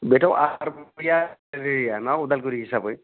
बेथ' ना अदालगुरि हिसाबै